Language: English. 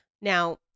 Now